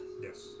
Yes